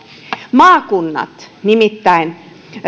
maakunnat nimittäin